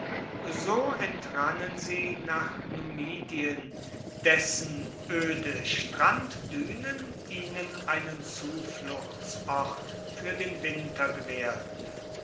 so entrannen sie nach numidien dessen öde stranddünen ihnen einen zufluchtsort für den winter gewährten